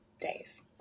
days